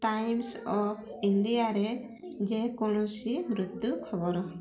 Times of ଇଣ୍ଡିଆରେ ଯେକୌଣସି ମୃତ୍ୟୁ ଖବର